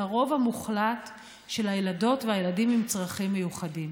לרוב המוחלט של הילדות והילדים עם צרכים מיוחדים.